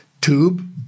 tube